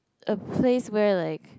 a place where like